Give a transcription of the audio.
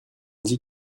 dit